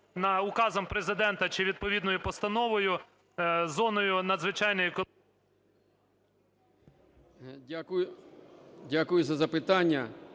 Дякую за запитання.